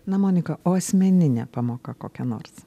na monika o asmeninė pamoka kokia nors